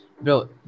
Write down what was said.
Bro